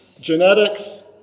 genetics